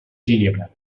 ginebra